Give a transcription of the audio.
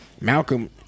Malcolm